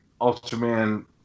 Ultraman